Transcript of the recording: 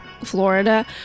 Florida